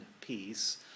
peace